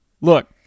Look